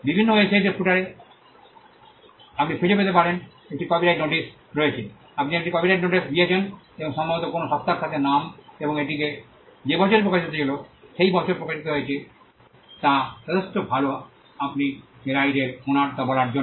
বিভিন্ন ওয়েবসাইটের ফুটারে আপনি খুঁজে পেতে পারেন একটি কপিরাইট নোটিশ রয়েছে আপনি একটি কপিরাইট নোটিশ দিয়েছেন এবং সম্ভবত কোনও সত্তার সাথে নাম এবং এটি যে বছর প্রকাশিত হয়েছিল এবং যে বছর প্রকাশিত হয়েছে তা যথেষ্ট ভাল আপনি যে রাইট এর ওনার তা বলার জন্য